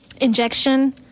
injection